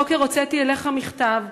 הבוקר הוצאתי אליך מכתב,